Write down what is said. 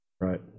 Right